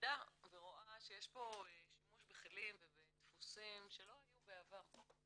למדה ורואה שיש פה שימוש בכלים ובדפוסים שלא היו בעבר.